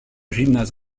gymnase